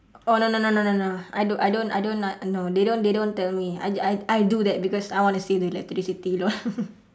oh no no no no no I don't I don't I don't uh no they don't they don't tell me I just I I do that because I want to save the electricity lol